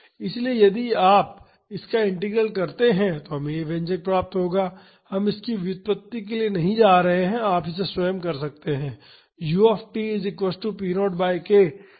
इसलिए यदि आप इसका इंटीग्रल करते हैं तो हमें यह व्यंजक प्राप्त होगा हम इसकी व्युत्पत्ति के लिए नहीं जा रहे हैं आप इसे स्वयं कर सकते हैं